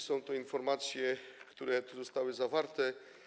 Są to informacje, które tu zostały zawarte.